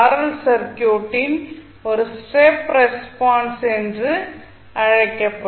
L சர்க்யூட்டின் ஒரு step response என்று அழைக்கப்படும்